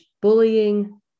bullying